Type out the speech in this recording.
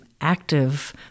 active